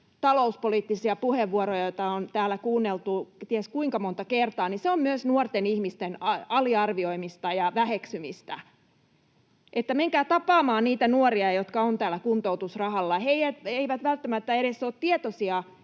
talouspoliittisia puheenvuoroja, joita on täällä kuunneltu ties kuinka monta kertaa, on myös nuorten ihmisten aliarvioimista ja väheksymistä. Menkää tapaamaan niitä nuoria, jotka ovat tällä kuntoutusrahalla. He eivät välttämättä edes ole tietoisia